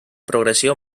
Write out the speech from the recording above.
progressió